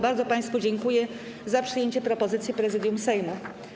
Bardzo państwu dziękuję za przyjęcie propozycji Prezydium Sejmu.